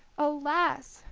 alas!